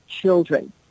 children